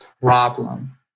problem